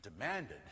demanded